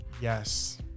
Yes